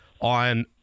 on